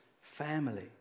family